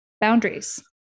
boundaries